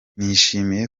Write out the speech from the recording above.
nishimiye